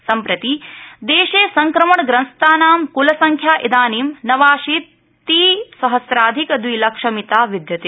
सम्प्रति देशे संक्रमणग्रस्तानां क्लसंख्या इदानीं नवाशीति सहस्राधिक द्विलक्षमिता विद्यते